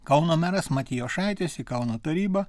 kauno meras matijošaitis į kauno tarybą